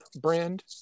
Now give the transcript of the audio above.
brand